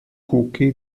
cookie